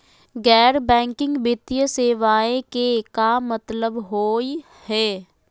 गैर बैंकिंग वित्तीय सेवाएं के का मतलब होई हे?